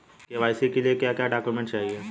KYC के लिए क्या क्या डॉक्यूमेंट चाहिए?